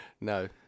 No